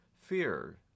Fear